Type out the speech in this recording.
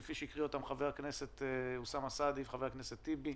כפי שקרא אותם חבר הכנסת אוסאמה סעדי וחבר הכנסת טיבי.